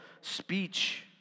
speech